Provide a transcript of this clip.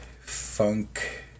funk